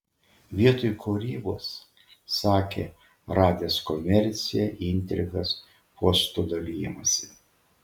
vietoj kūrybos sakė radęs komerciją intrigas postų dalijimąsi